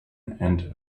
and